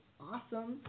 Awesome